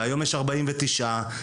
והיום יש ארבעים ותשעה,